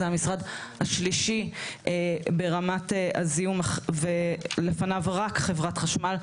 זה המשרד השלישי ברמת הזיהום ולפניו רק חברת חשמל,